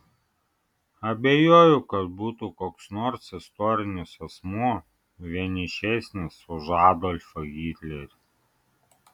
abejoju kad būtų koks nors istorinis asmuo vienišesnis už adolfą hitlerį